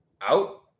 Out